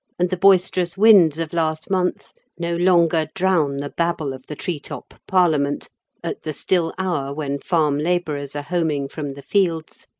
and the boisterous winds of last month no longer drown the babble of the tree-top parliament at the still hour when farm labourers are homing from the fields,